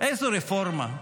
איזו רפורמה?